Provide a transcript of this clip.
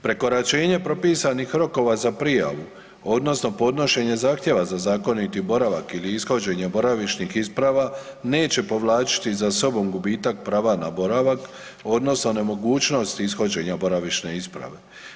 Prekoračenje propisanih rokova za prijavu odnosno podnošenje zahtjeva za zakoniti boravak ili ishođenje boravišnih isprava neće povlačiti za sobom gubitak prava na boravak odnosno nemogućnost ishođenja boravišne isprave.